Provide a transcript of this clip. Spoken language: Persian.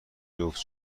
جفت